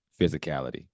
physicality